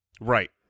Right